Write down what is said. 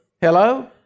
Hello